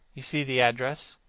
you see the address.